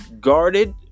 guarded